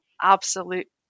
absolute